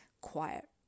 quiet